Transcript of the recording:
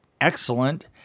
excellent